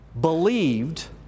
believed